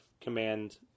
command